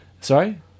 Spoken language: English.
Sorry